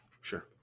Sure